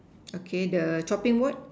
okay the chopping board